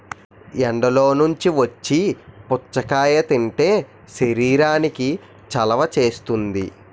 ఎండల్లో నుంచి వచ్చి పుచ్చకాయ తింటే శరీరానికి చలవ చేస్తుంది